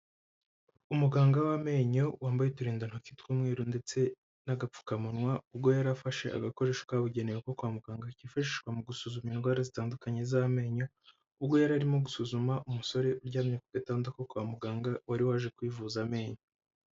Umuganga w'amenyo wambaye uturindantoki tw'umweru ndetse n'agapfukamunwa ubwo yari afashe agakoresho kabugenewe ko kwa muganga, kifashishwa mu gusuzuma indwara zitandukanye z'amenyo, ubwo yari arimo gusuzuma umusore uryamye ku gatanda ko kwa muganga wari waje kwivuza amenyo.